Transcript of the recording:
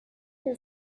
her